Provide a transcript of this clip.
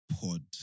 Pod